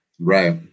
Right